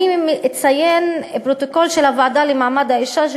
אני אציין פרוטוקול של הוועדה לקידום מעמד האישה,